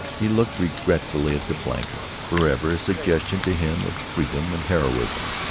he looked regretfully at the blanket forever a suggestion to him of freedom and heroism.